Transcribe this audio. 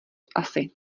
asi